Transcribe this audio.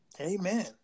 Amen